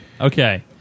Okay